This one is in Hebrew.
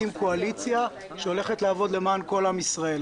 קואליציה שהולכת לעבוד למען כל עם ישראל.